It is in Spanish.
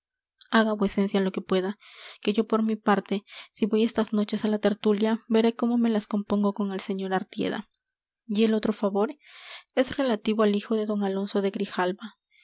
veré haga vuecencia lo que pueda que yo por mi parte si voy estas noches a la tertulia veré cómo me las compongo con el sr artieda y el otro favor es relativo al hijo de d alonso de grijalva